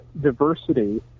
diversity